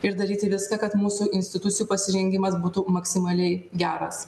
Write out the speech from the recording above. ir daryti viską kad mūsų institucijų pasirengimas būtų maksimaliai geras